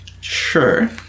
Sure